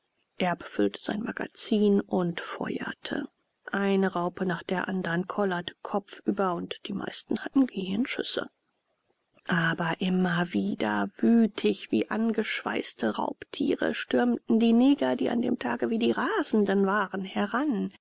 erb füllte sein magazin und feuerte eine raupe nach der anderen kollerte kopfüber und die meisten hatten gehirnschüsse aber immer wieder wütig wie angeschweißte raubtiere stürmten die neger die an dem tage wie die rasenden waren heran